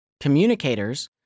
communicators